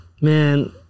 man